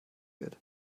wird